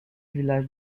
villages